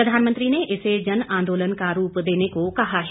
प्रधानमंत्री ने इसे जन आंदोलन का रूप देने को कहा है